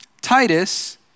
Titus